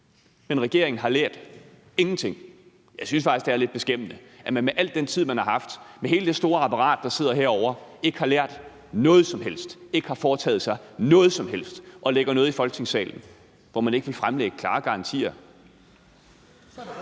Men regeringen har ingenting lært. Jeg synes faktisk, det er lidt beskæmmende, at man med al den tid, man har haft, og med hele det store apparat, man har, ikke har lært noget som helst, ikke har foretaget sig noget som helst, fremlægger noget i Folketingssalen og ikke vil give klare garantier.